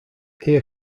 ear